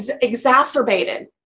exacerbated